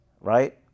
right